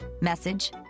Message